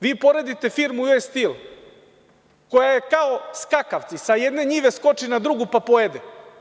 Vi poredite firmu „US Stell“ koja je kao skakavci, sa jedne njive skoči na drugu, pa pojede.